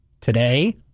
today